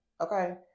Okay